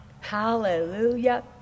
hallelujah